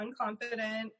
unconfident